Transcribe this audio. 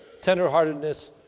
tenderheartedness